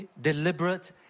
deliberate